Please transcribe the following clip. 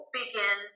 begin